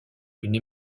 qu’une